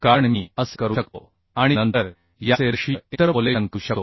कारण मी असे करू शकतो आणि नंतर याचे रेषीय इंटरपोलेशन करू शकतो